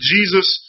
Jesus